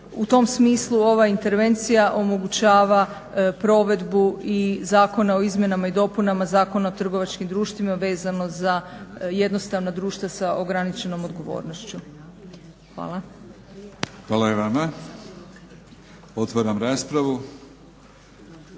U tom smislu ova intervencija omogućava provedbu i Zakona o izmjenama i dopunama Zakona o trgovačkim društvima vezano za jednostavno društvo s ograničenom odgovornošću. Hvala. **Batinić, Milorad (HNS)**